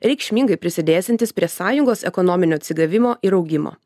reikšmingai prisidėsiantis prie sąjungos ekonominio atsigavimo ir augimo